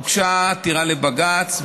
הוגשה עתירה לבג"ץ,